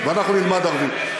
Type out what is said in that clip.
ואנחנו נלמד ערבית.